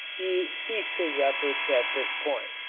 he ceased his efforts at this point.